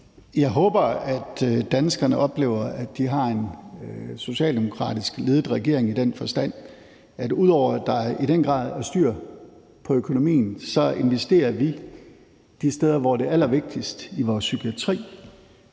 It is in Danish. Jeg håber, at danskerne oplever, at de har en socialdemokratisk ledet regering i den forstand, at ud over at der i den grad er styr på økonomien, så investerer vi de steder, hvor det er allervigtigst: i vores psykiatri,